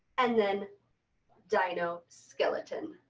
and then dino skeleton,